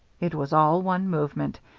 it was all one movement,